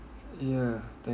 ya than~